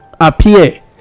appear